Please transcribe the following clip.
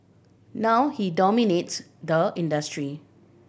now he dominates the industry